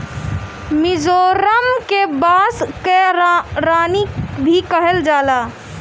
मिजोरम के बांस कअ रानी भी कहल जाला